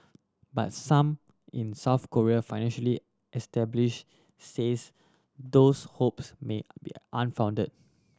but some in South Korea financially establish says those hopes may be unfounded